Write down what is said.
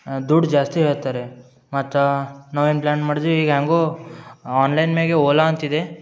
ದುಡ್ಡು ಜಾಸ್ತಿ ಹೇಳ್ತಾರೆ ಮತ್ತು ನಾವೇನು ಪ್ಲ್ಯಾನ್ ಮಾಡ್ದ್ವಿ ಈಗ ಹೆಂಗೂ ಆನ್ಲೈನ್ ಮ್ಯಾಗೆ ಓಲಾ ಅಂತಿದೆ